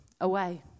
away